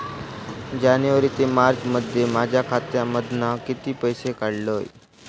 जानेवारी ते मार्चमध्ये माझ्या खात्यामधना किती पैसे काढलय?